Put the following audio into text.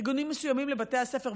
ארגונים מסוימים לבתי הספר,